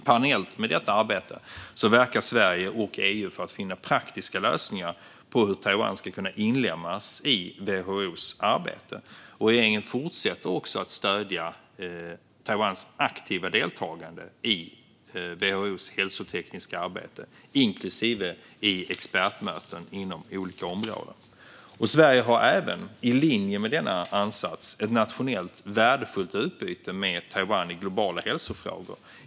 Parallellt med detta arbete verkar Sverige och EU för att finna praktiska lösningar för hur Taiwan ska kunna inlemmas i WHO:s arbete. Regeringen fortsätter också att stödja Taiwans aktiva deltagande i WHO:s hälsotekniska arbete, även i expertmöten på olika områden. Sverige har även, i linje med denna ansats, ett värdefullt nationellt utbyte med Taiwan i globala hälsofrågor.